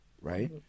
right